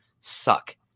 suck